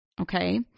Okay